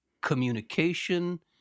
communication